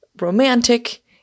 romantic